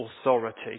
authority